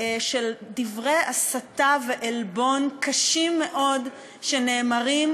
של דברי הסתה ועלבון קשים מאוד שנאמרים,